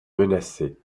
menacées